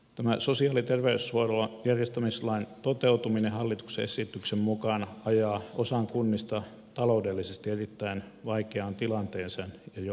tämä sosiaali ja terveydenhuollon järjestämislain toteutuminen hallituksen esityksen mukaan ajaa osan kunnista taloudellisesti erittäin vaikeaan tilanteeseen ja jopa pakkoliitoksiin